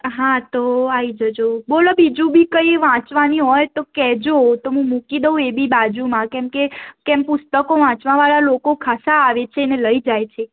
હા તો આવી જજો બોલો બીજું બી કંઈ વાંચવાની હોય તો કહેજો તો હું મૂકી દઉં એ બી બાજુમાં કેમ કે પુસ્તકો વાંચવાવાળા લોકો ખાસ્સા આવે છે અને લઈ જાય છે